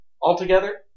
altogether